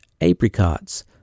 apricots